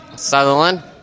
Sutherland